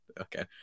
Okay